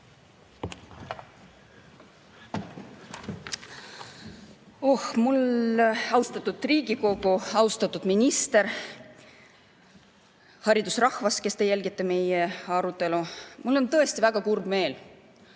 Aitäh! Austatud Riigikogu! Austatud minister! Haridusrahvas, kes te jälgite meie arutelu! Mul on tõesti väga kurb meel.